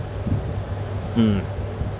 mm